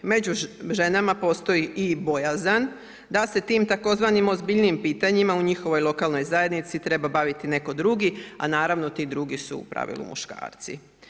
Među ženama postoji i bojazan da se tim tzv. ozbiljnijim pitanjima u njihovoj lokalnoj zajednici treba baviti netko drugi, a naravno, ti drugi su u pravilu muškarci.